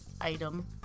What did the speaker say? item